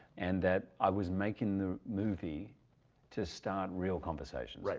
and that i was making the movie to start real conversations. right,